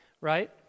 right